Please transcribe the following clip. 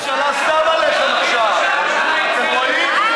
אתם רואים?